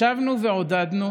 אליהן?